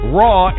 raw